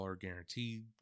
guaranteed